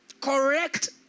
correct